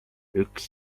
üks